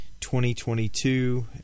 2022